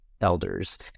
elders